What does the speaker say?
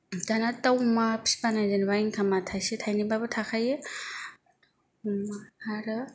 दाना दाउ अमा फिब्लानो इनकामा थाइसे थाइनैबाबो थाखायो आरो